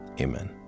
amen